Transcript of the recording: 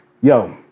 Yo